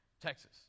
Texas